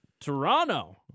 Toronto